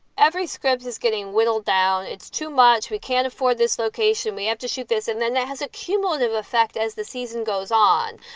every scripts is getting whittled down. it's too much. we can't afford this location. we have to shoot this. and then that has a cumulative effect as the season goes on,